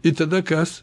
ir tada kas